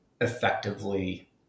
effectively